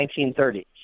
1930s